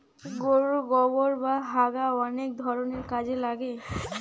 গোরুর গোবোর বা হাগা অনেক ধরণের কাজে লাগছে